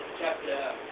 chapter